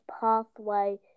pathway